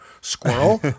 Squirrel